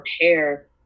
prepare